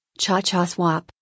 ChaChaSwap